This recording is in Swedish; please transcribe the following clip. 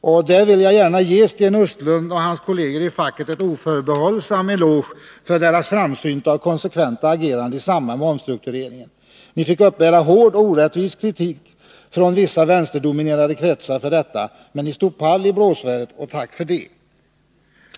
Jag vill gärna ge Sten Östlund och hans kolleger i facket en oförbehållsam eloge för deras framsynta och konsekventa agerande i samband med omstruktureringen. Ni fick uppbära hård och orättvis kritik från vissa vänsterdominerade kretsar för detta, men ni stod pall i blåsväder. Tack för det!